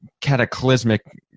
cataclysmic